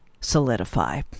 solidify